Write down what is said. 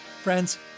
Friends